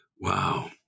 wow